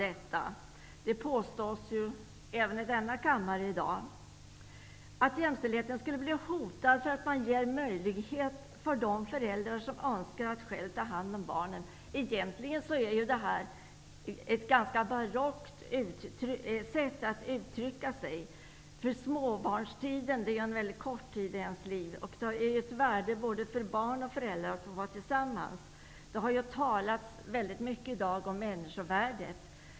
Det har ju påståtts i dag i denna kammare att jämställdheten skulle hotas, om de föräldrar som själva vill ta hand om sina barn får den möjligheten. Egentligen är det ganska barockt att uttrycka sig på det sättet. Småbarnstiden är ju väldigt kort. Dessutom är det värdefullt för barn och föräldrar att få vara tillsammans. I dag har det talats väldigt mycket om människovärdet.